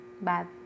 bad